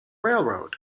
railroad